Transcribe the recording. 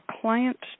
clients